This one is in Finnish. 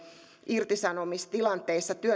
irtisanomistilanteissa